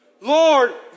Lord